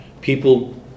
People